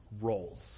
roles